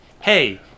hey